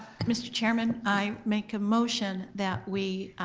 mr. chairman, i make a motion that we